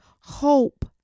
hope